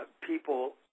people